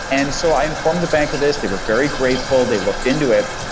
and so i informed the bank of this. they were very grateful. they looked into it,